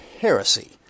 heresy